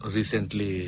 Recently